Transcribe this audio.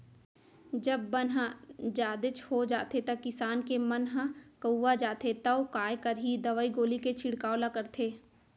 जब बन ह जादेच हो जाथे त किसान के मन ह कउवा जाथे तौ काय करही दवई गोली के छिड़काव ल करथे